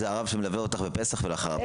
זה הרב שמלווה אותך בפסח ולאחר הפסח.